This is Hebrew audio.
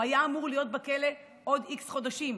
הוא היה אמור להיות בכלא עוד x חודשים,